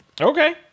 Okay